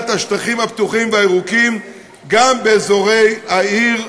השטחים הפתוחים והירוקים גם באזורי העיר,